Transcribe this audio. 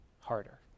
harder